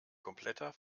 kompletter